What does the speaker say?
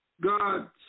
God